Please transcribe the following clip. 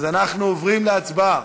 אז אנחנו עוברים להצבעה.